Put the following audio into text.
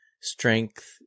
strength